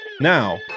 Now